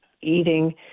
eating